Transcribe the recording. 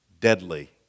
deadly